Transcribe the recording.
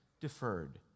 deferred